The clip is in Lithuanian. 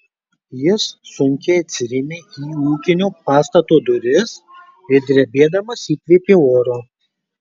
jis sunkiai atsirėmė į ūkinio pastato duris ir drebėdamas įkvėpė oro